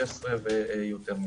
16 ויותר מכך.